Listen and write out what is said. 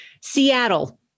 Seattle